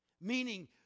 meaning